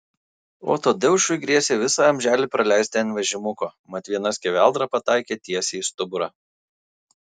o tadeušui grėsė visą amželį praleisti ant vežimuko mat viena skeveldra pataikė tiesiai į stuburą